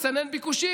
לצנן ביקושים.